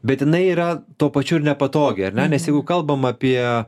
bet jinai yra tuo pačiu ir nepatogi ar ne nes jeigu kalbam apie